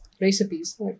recipes